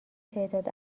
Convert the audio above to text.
تعداد